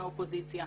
מהאופוזיציה.